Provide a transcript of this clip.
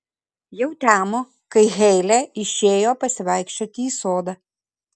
jau temo kai heile išėjo pasivaikščioti į sodą